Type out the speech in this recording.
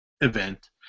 event